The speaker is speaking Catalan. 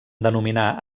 denominar